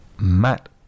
Matt